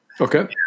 Okay